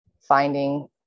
finding